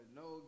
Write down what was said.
no